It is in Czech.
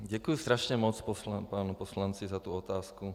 Děkuji strašně moc panu poslanci za tu otázku.